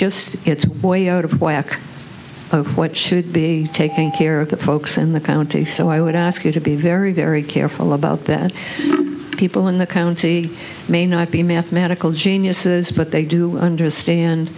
just it's a boy out of whack of what should be taking care of the folks in the county so i would ask you to be very very careful about that people in the county may not be mathematical geniuses but they do understand